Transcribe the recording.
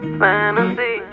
fantasy